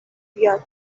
بیاد